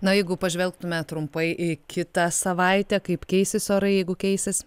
na jeigu pažvelgtume trumpai į kitą savaitę kaip keisis orai jeigu keisis